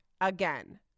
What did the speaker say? again